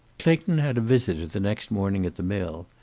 clayton had a visitor the next morning at the mill,